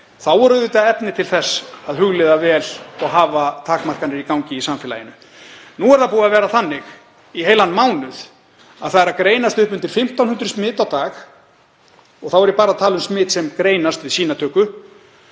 Þá var auðvitað efni til að hugleiða vel og hafa takmarkanir í gangi í samfélaginu. Nú hefur það verið þannig í heilan mánuð að það greinast upp undir 1.500 smit á dag, og þá er ég bara að tala um smit sem greinast við sýnatöku.